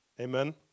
Amen